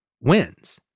wins